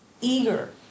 eager